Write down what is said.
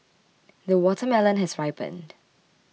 the watermelon has ripened